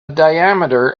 diameter